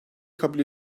kabul